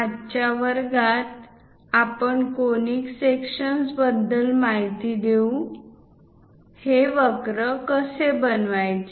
आजच्या वर्गात आपण कोनिक सेक्शन्सबद्दल माहिती देऊ हे वक्र कसे बनवायचे